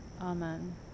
Amen